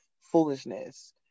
foolishness